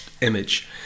image